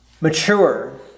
mature